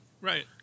Right